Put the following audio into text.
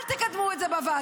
אל תקדמו את זה בוועדה,